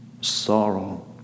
sorrow